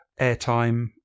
airtime